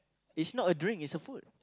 it's not a drink it's a food